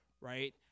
Right